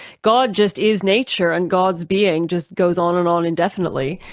god just is nature, and god's being just goes on and on indefinitely,